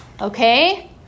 Okay